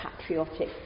patriotic